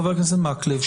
חבר הכנסת מקלב,